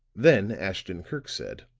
then ashton-kirk said